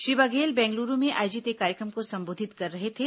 श्री बघेल बेंगलुरु में आयोजित एक कार्यक्रम को संबोधित कर रहे थे